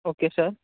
okay sir